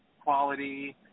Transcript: quality